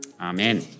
Amen